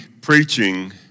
preaching